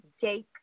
Jake